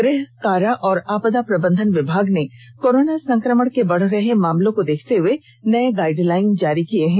गृह कारा एवं आपदा प्रबंधन विभाग ने कोरोना संक्रमण के बढ़ रहे मामलों को देखते हुए नए गाइडलाइन जारी किए हैं